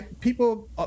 People